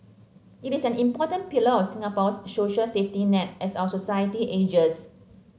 it is an important pillar of Singapore's social safety net as our society ages